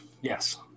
Yes